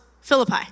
Philippi